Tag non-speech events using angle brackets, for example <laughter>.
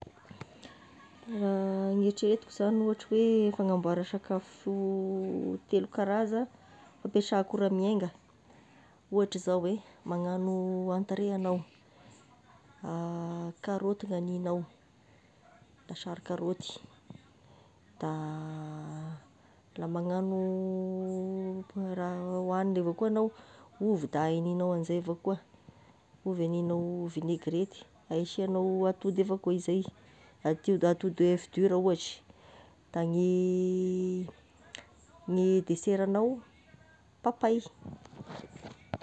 <hesitation> Gny heritreretiko zagny ohatry hoe fagnamboara sakafo <hesitation> telo karaza ampiasaiko raha miainga, ohatry zao hoe magnano entrée agnao, a karaoty gn'hagninao lasary karaoty, da <hesitation> laha magnagno <hesitation> raha hoagniny avao koa agnao, ovy da ahinignao amin'izay avy akoa, ovy hagninignao vinaigrette de asinao atody avao akao izay, atod- atody oeuf dur ohatry, da gny <hesitation> gny deseragnao papay.